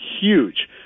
Huge